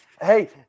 hey